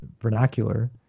vernacular